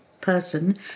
person